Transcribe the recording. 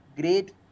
great